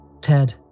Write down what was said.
Ted